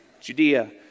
Judea